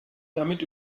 damit